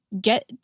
Get